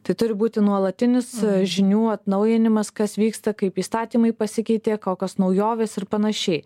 tai turi būti nuolatinis žinių atnaujinimas kas vyksta kaip įstatymai pasikeitė kokios naujovės ir panašiai